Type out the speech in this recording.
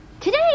today